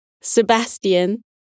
Sebastian